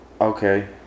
Okay